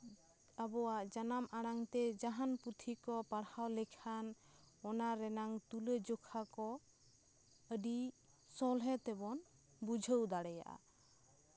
ᱟᱵᱚᱣᱟᱜ ᱡᱟᱱᱟᱢ ᱟᱲᱟᱝ ᱛᱮ ᱡᱟᱦᱟᱸᱱ ᱯᱩᱛᱷᱤ ᱠᱚ ᱯᱟᱲᱦᱟᱣ ᱞᱮᱠᱷᱟᱱ ᱚᱱᱟ ᱨᱮᱱᱟᱝ ᱛᱩᱞᱟᱹᱡᱚᱠᱷᱟ ᱠᱚ ᱟᱹᱰᱤ ᱥᱚᱞᱦᱮ ᱛᱮᱵᱚᱱ ᱵᱩᱡᱷᱟᱹᱣ ᱫᱟᱲᱮᱭᱟᱜᱼᱟ